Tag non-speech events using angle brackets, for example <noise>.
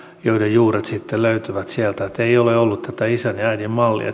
joiden juuret sitten löytyvät sieltä että ei ole ollut tätä isän ja äidin mallia <unintelligible>